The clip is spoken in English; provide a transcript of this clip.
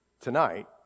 tonight